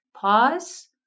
pause